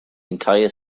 entire